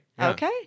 Okay